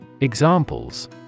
Examples